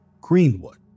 Greenwood